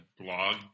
blog